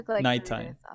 nighttime